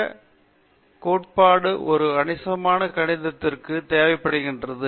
விஸ்வநாதன் தன்னியக்க கோட்பாடு ஒரு கணிசமான கணிதத்திற்கு தேவைப்படுகிறது